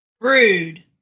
Rude